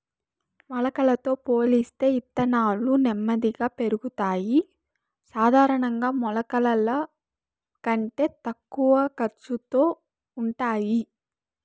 మొలకలతో పోలిస్తే ఇత్తనాలు నెమ్మదిగా పెరుగుతాయి, సాధారణంగా మొలకల కంటే తక్కువ ఖర్చుతో ఉంటాయి